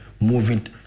moving